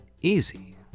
easy